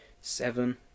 seven